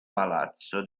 palazzo